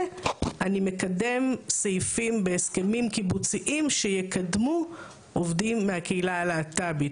ואני מקדם סעיפים בהסכמים קיבוציים שיקדמו עובדים מהקהילה הלהט"בית,